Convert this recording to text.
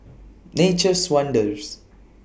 Nature's Wonders